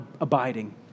abiding